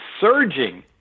surging